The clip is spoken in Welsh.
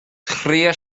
trïa